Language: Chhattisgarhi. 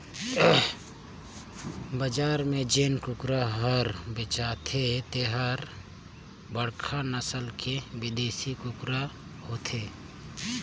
बजार में जेन कुकरा हर बेचाथे तेहर बड़खा नसल के बिदेसी कुकरा होथे